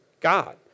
God